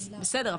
בסדר.